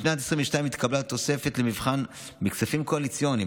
בשנת 2022 התקבלה תוספת למבחן מכספים קואליציוניים,